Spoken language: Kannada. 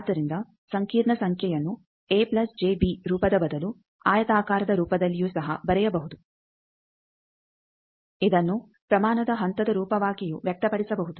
ಆದ್ದರಿಂದ ಸಂಕೀರ್ಣ ಸಂಖ್ಯೆಯನ್ನು ರೂಪದ ಬದಲು ಆಯತಾಕಾರದ ರೂಪದಲ್ಲಿಯೂ ಸಹ ಬರೆಯಬಹುದು ಇದನ್ನು ಪ್ರಮಾಣದ ಹಂತದ ರೂಪವಾಗಿಯೂ ವ್ಯಕ್ತಪಡಿಸಬಹುದು